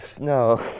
No